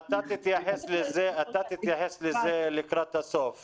אתה תתייחס לזה לקראת סוף הדיון.